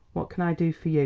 what can i do for you?